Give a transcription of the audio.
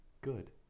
good